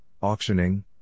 auctioning